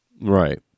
Right